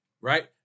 right